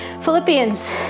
Philippians